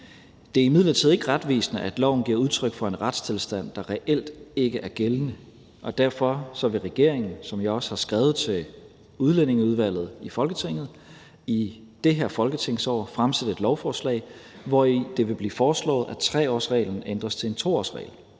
Det er imidlertid ikke retvisende, at loven giver udtryk for en retstilstand, der reelt ikke er gældende, og derfor vil regeringen, som jeg også har skrevet til udlændingeudvalget i Folketinget, i det her folketingsår fremsætte et lovforslag, hvori det vil blive foreslået, at 3-årsreglen ændres til en 2-årsregel.